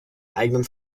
eigenen